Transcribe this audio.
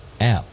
app